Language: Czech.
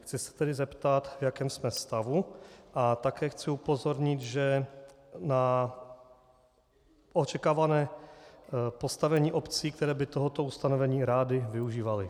Chci se tedy zeptat, v jakém jsme stavu, a také chci upozornit na očekávané postavení obcí, které by tohoto ustanovení rády využívaly.